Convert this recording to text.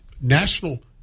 national